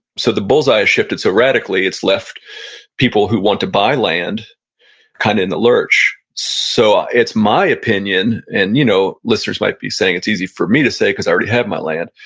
so the bull's-eye has shifted so radically it's left people who want to buy land kind of in the lurch. so it's my opinion, and you know listeners might be saying it's easy for me to say because i already had my land,